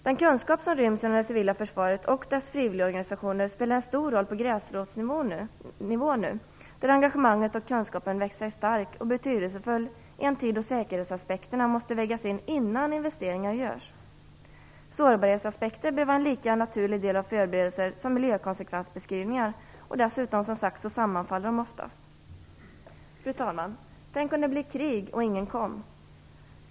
Den kunskap som ryms inom det civila försvaret och dess frivilligorganisationer spelar en stor roll på gräsrotsnivån, där engagemanget och kunskapen växer sig starka och betydelsefulla i en tid då säkerhetsaspekterna måste vägas in innan investeringar görs. Sårbarhetsaspekter bör vara en lika naturlig del av förberedelserna som miljökonsekvensbeskrivningar. Dessutom sammanfaller de, som sagt, oftast. Fru talman! Tänk om det blev krig och ingen kom!